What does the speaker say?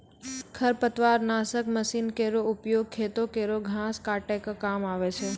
खरपतवार नासक मसीन केरो उपयोग खेतो केरो घास काटै क काम आवै छै